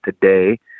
today